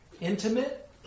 intimate